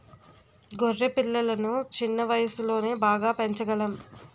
గొర్రె పిల్లలను చిన్న వయసులోనే బాగా పెంచగలం